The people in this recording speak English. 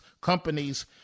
companies